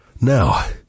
Now